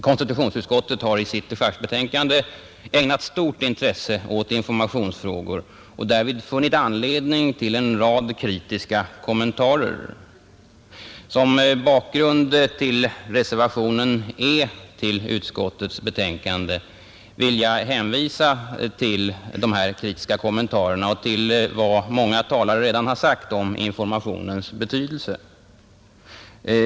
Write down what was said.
Konstitutionsutskottet har i sitt dechargebetänkande ägnat stort intresse åt informationsfrågor och därvid funnit anledning till en rad kritiska kommentarer. Som bakgrund till reservationen E till utskottets betänkande vill jag hänvisa till de här kritiska kommentarerna och till vad många talare redan sagt om informationens betydelse.